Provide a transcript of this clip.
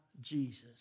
Jesus